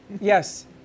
Yes